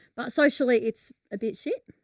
but socially it's a bit shit.